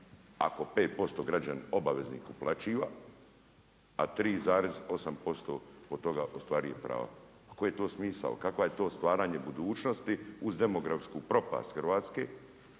ako 5% građanin obaveznih uplaćiva, a 3,8% od toga ostvaruje prava. Pa koji je to smisao, kakvo je to stvaranje budućnosti uz demografsku propast Hrvatske.